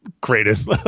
greatest